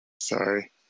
Sorry